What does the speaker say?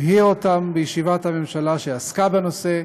הבהיר אותן בישיבת ממשלה שעסקה בנושא,